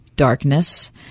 darkness